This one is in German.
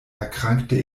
erkrankte